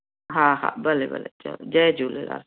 हा हा भले भले चङो जय झूलेलाल